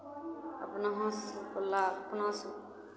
अपना हाथसँ वला अपना